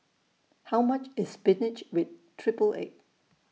How much IS Spinach with Triple Egg